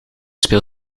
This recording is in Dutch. speel